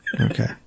Okay